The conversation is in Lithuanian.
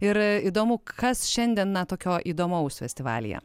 ir įdomu kas šiandien na tokio įdomaus festivalyje